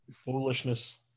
foolishness